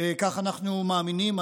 ככה אנחנו מאמינים,